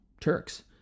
Turks